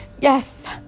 Yes